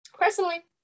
personally